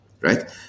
right